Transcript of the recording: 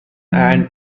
ann